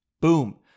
Boom